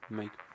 make